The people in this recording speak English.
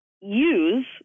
use